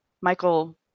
Michael